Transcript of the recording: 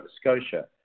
Scotia